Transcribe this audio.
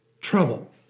trouble